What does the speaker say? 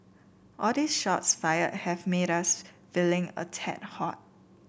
all these shots fired have made us feeling a tad hot